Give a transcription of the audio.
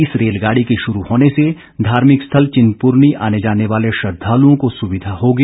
इस रेलगाड़ी के शुरू होने से धार्मिक स्थल चिंतपूर्णी आने जाने वाले श्रद्दालुओं को सुविधा होगी